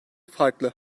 farklı